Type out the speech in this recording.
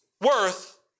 worth